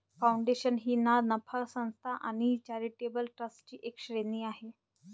foundation ही ना नफा संस्था किंवा चॅरिटेबल ट्रस्टची एक श्रेणी आहे